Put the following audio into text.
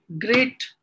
great